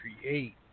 create